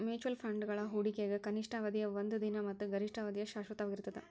mutual ಫಂಡ್ಗಳ ಹೂಡಿಕೆಗ ಕನಿಷ್ಠ ಅವಧಿಯ ಒಂದ ದಿನ ಮತ್ತ ಗರಿಷ್ಠ ಅವಧಿಯ ಶಾಶ್ವತವಾಗಿರ್ತದ